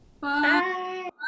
Bye